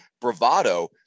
bravado